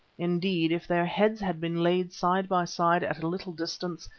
indeed if their heads had been laid side by side at a little distance,